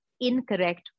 incorrect